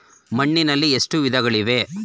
ಮಣ್ಣಿನಲ್ಲಿ ಎಷ್ಟು ವಿಧಗಳಿವೆ?